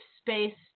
space